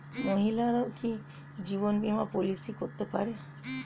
মহিলারাও কি জীবন বীমা পলিসি করতে পারে?